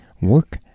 Work